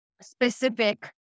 specific